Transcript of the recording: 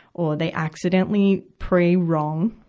or they accidentally pray wrong,